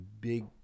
big